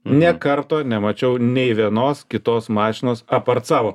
nė karto nemačiau nei vienos kitos mašinos apart savo